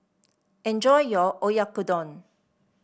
enjoy your Oyakodon